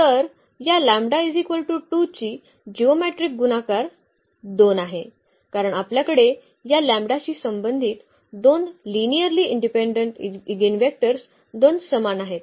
तर या λ 2 ची जिओमेट्रीक गुणाकार 2 आहे कारण आपल्याकडे या लॅम्बडाशी संबंधित दोन लिनिअर्ली इंडिपेंडेंट इगिनवेक्टर्स 2 समान आहेत